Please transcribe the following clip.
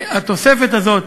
והתוספת הזאת